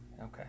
Okay